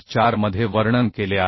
4 मध्ये वर्णन केले आहे